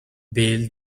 bail